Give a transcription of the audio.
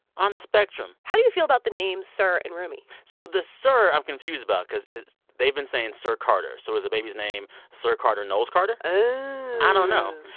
on the spectrum how do you feel about the names sir and rumi? so the sir i'm confused about because they've been saying sir carter. so is the baby's name sir carter knowles-carter? oh i don't know.